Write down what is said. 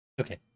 Okay